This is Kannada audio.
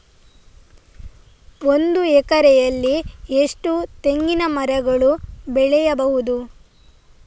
ಒಂದು ಎಕರೆಯಲ್ಲಿ ಎಷ್ಟು ತೆಂಗಿನಮರಗಳು ಬೆಳೆಯಬಹುದು?